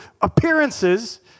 appearances